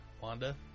Wanda